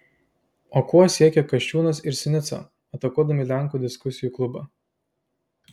o kuo siekia kasčiūnas ir sinica atakuodami lenkų diskusijų klubą